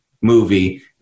movie